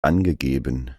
angegeben